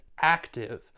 active